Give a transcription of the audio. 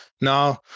Now